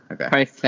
Okay